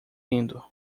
indo